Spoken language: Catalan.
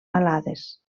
alades